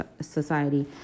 society